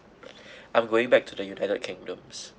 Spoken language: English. I'm going back to the united kingdoms